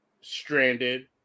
stranded